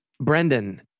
Brendan